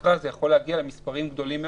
תקרה זה יכול להגיע למספרים גדולים מאוד.